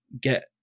get